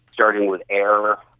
starting with air,